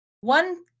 One